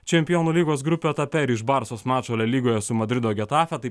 čempionų lygos grupių etape ir iš barsos mačo a lygoje su madrido getafe taip